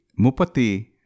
mupati